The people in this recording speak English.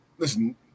Listen